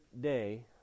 day